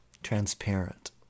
transparent